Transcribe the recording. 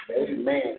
Amen